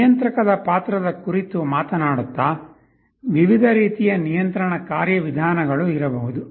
ನಿಯಂತ್ರಕದ ಪಾತ್ರದ ಕುರಿತು ಮಾತನಾಡುತ್ತಾ ವಿವಿಧ ರೀತಿಯ ನಿಯಂತ್ರಣ ಕಾರ್ಯವಿಧಾನಗಳು ಇರಬಹುದು